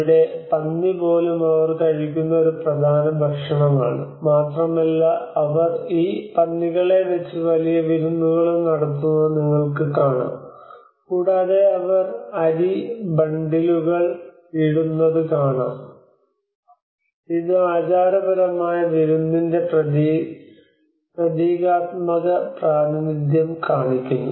ഇവിടെ പന്നി പോലും അവർ കഴിക്കുന്ന ഒരു പ്രധാന ഭക്ഷണമാണ് മാത്രമല്ല അവർ ഈ പന്നികളെ വെച്ച് വലിയ വിരുന്നുകളും നടത്തുന്നത് നിങ്ങൾക്ക് കാണാം കൂടാതെ അവർ അരി ബണ്ടിലുകൾ ഇടുന്നത് കാണാം ഇത് ആചാരപരമായ വിരുന്നിന്റെ പ്രതീകാത്മക പ്രാതിനിധ്യം കാണിക്കുന്നു